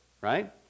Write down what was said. right